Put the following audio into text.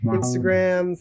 Instagram